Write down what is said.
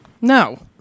No